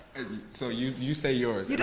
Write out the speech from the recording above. so you you say yours, you know